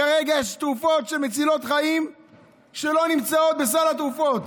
כרגע יש תרופות מצילות חיים שלא נמצאות בסל התרופות,